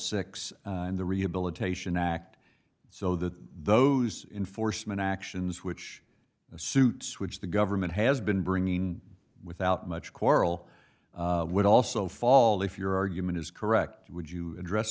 six and the rehabilitation act so that those enforcement actions which the suits which the government has been bringing in without much quarrel would also fall if your argument is correct would you address